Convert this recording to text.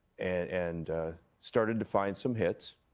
and started to find some hits.